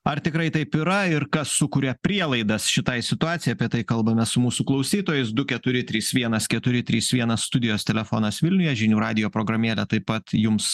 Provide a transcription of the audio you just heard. ar tikrai taip yra ir kas sukuria prielaidas šitai situacijai apie tai kalbame su mūsų klausytojais du keturi trys vienas keturi trys vienas studijos telefonas vilniuje žinių radijo programėlė taip pat jums